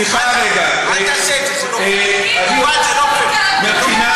אל תעשה את זה, זה לא פייר.